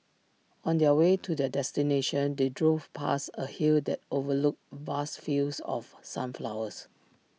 on their way to their destination they drove past A hill that overlooked vast fields of sunflowers